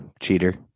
Cheater